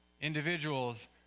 individuals